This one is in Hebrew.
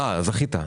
זכית.